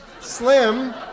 Slim